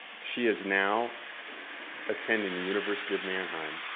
she is now attending the university of mannheim,